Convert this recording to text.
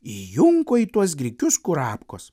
įjunko į tuos grikius kurapkos